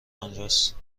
آنجاست